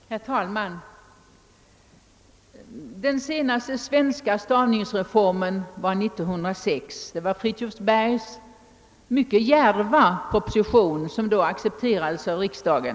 Herr talman! Den senaste svenska stavningsreformen genomfördes år 1906. Det var Fridtjuv Bergs mycket djärva proposition som då accepterades av riksdagen.